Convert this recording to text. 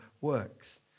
works